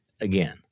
again